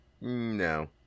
No